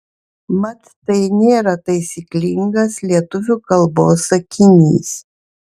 mat tai nėra taisyklingas lietuvių kalbos sakinys